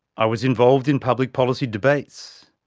i was involved in public policy debates.